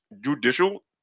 judicial